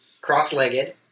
cross-legged